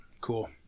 Cool